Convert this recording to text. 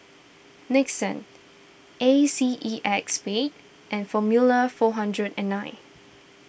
Nixon A C E X Spade and formula four hundred and nine